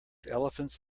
elephants